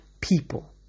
people